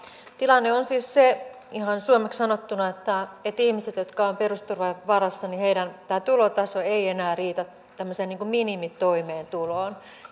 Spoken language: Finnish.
tilanne on siis se ihan suomeksi sanottuna että niiden ihmisten jotka ovat perusturvan varassa tulotaso ei enää riitä tämmöiseen minimitoimeentuloon